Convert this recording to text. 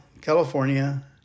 California